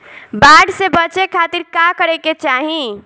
बाढ़ से बचे खातिर का करे के चाहीं?